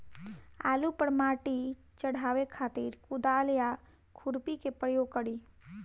आलू पर माटी चढ़ावे खातिर कुदाल या खुरपी के प्रयोग करी?